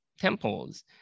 temples